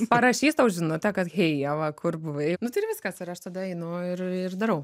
parašys tau žinutę kad hei ieva kur buvai nu tai ir viskas ir aš tada einu ir darau